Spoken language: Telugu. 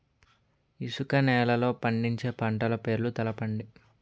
ఇసుక నేలల్లో పండించే పంట పేర్లు తెలపండి?